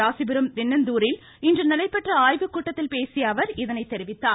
ராசிபுரம் நாமக்கல் இன்று நடைபெற்ற ஆய்வுக்கூட்டத்தில் பேசிய அவர் இதனை தெரிவித்தார்